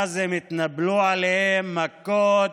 ואז הם התנפלו עליהם במכות,